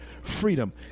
freedom